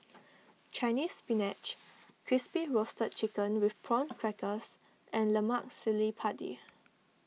Chinese Spinach Crispy Roasted Chicken with Prawn Crackers and Lemak Cili Padi